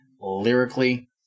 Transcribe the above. lyrically